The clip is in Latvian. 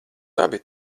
abi